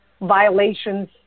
violations